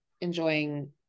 enjoying